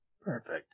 Perfect